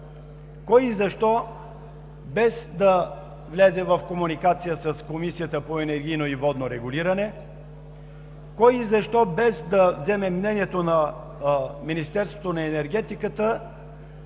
кой и защо без да влезе в комуникация с Комисията по енергийно и водно регулиране, кой и защо без да вземе мнението на Министерството на енергетиката,